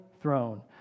throne